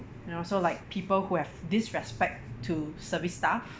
you know so like people who have disrespect to service staff